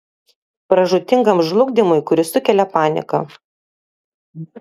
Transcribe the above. pražūtingam žlugdymui kuris sukelia panika